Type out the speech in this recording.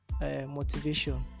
motivation